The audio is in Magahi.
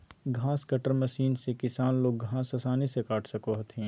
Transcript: घास कट्टर मशीन से किसान लोग घास आसानी से काट सको हथिन